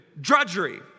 Drudgery